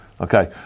Okay